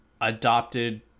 adopted